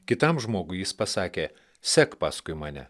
kitam žmogui jis pasakė sek paskui mane